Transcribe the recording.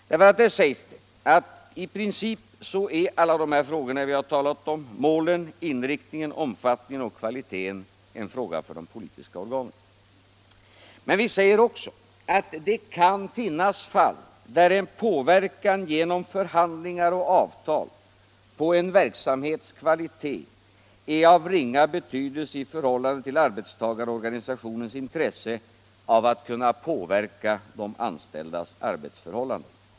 Där sägs det att i princip är alla de frågor vi här talat om — målen, inriktningen, omfattningen och kvaliteten — en angelägenhet för de politiska organen. Men vi säger också att det kan finnas fall där en påverkan genom förhandlingar och avtal på en verksamhets kvalitet är av ringa betydelse i förhållande till arbetstagarorganisationens intresse av att kunna påverka de anställdas arbetsförhållanden.